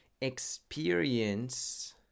experience